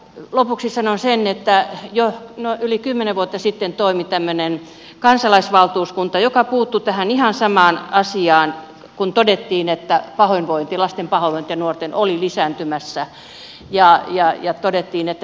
lopuksi sanon sen että yli kymmenen vuotta sitten toimi tämmöinen kansalaisvaltuuskunta joka puuttui tähän ihan samaan asiaan kun todettiin että lasten ja nuorten pahoinvointi oli lisääntymässä ja todettiin että ne vakavoituivat